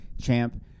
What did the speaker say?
champ